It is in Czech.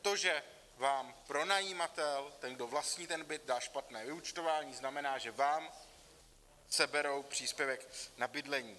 To, že vám pronajímatel, ten, kdo vlastní ten byt, dá špatné vyúčtování, znamená, že vám seberou příspěvek na bydlení.